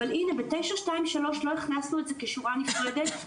אבל הנה ב-923 לא הכנסנו את זה כשורה נפרדת,